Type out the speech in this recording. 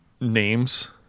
names